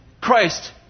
Christ